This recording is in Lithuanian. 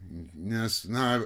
nes na